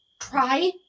Try